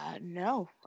No